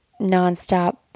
nonstop